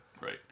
Right